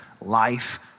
life